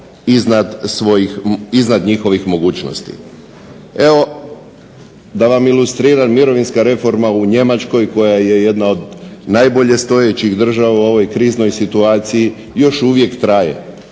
iznad njihovih mogućnosti. Evo da vam ilustriram, mirovinska reforma u Njemačkoj koja je jedna od najbolje stojećih u ovoj kriznoj situaciji, još uvijek traje.